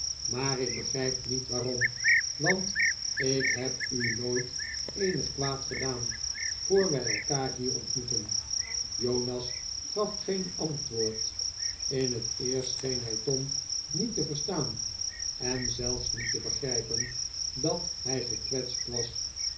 maar ik begrijp niet waarom want ik heb u nooit eenig kwaad gedaan voor wij elkaar hier ontmoetten jonas gaf geen antwoord in het eerst scheen hij tom niet te verstaan en zelfs niet te begrijpen dat hij gekwetst was